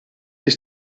ich